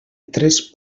tres